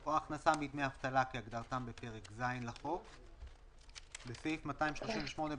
או הכנסה מדמי אבטלה כהגדרתם בפרק ז' לחוק"; (2)בסעיף 238,